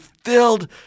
Filled